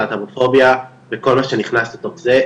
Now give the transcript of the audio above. להט"בופוביה וכל מה שנכנס לתוך זה,